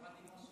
שמעתי משה.